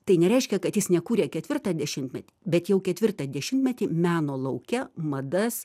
tai nereiškia kad jis nekūrė ketvirtą dešimtmetį bet jau ketvirtą dešimtmetį meno lauke madas